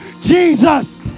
Jesus